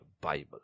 Bible